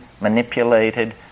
manipulated